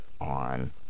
on